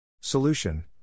Solution